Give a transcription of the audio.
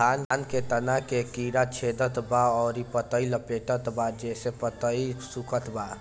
धान के तना के कीड़ा छेदत बा अउर पतई लपेटतबा जेसे पतई सूखत बा?